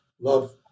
love